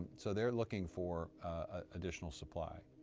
so they're looking for additional supply.